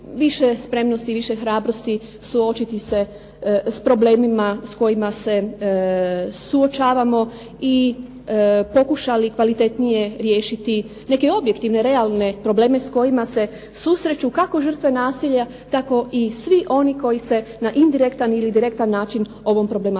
više spremnosti, više hrabrosti suočiti se s problemima s kojima se suočavamo i pokušali kvalitetnije riješiti neke objektivne, realne probleme s kojima se susreću kako žrtve nasilja, tako i svi oni koji se na indirektan ili direktan način ovom problematikom